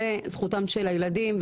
זה זכותם של הילדים,